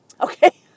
Okay